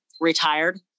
retired